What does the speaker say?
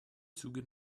züge